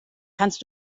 kannst